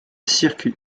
circuit